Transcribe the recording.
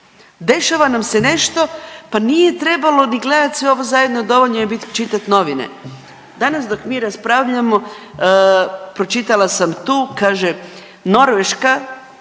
Dešava nam se nešto, pa nije trebalo ni gledati sve ovo zajedno, dovoljno je pročitat novine. Danas dok mi raspravljamo pročitala sam tu, kaže Norveška